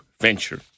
venture